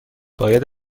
باید